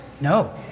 No